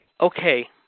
Okay